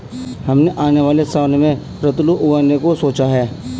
हमने आने वाले सावन में रतालू उगाने का सोचा है